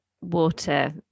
water